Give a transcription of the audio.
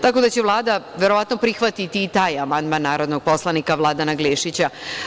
Tako da će Vlada verovatno prihvatiti i taj amandman, narodnog poslanika Vladana Glišića.